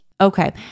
Okay